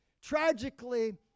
tragically